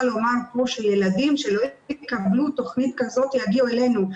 לומר פה שילדים שלא יקבלו תכנית כזאת יגיעו אלינו.